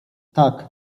tak